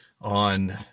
on